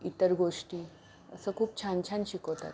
इतर गोष्टी असं खूप छान छान शिकवतात